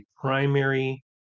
primary